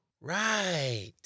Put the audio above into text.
Right